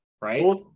right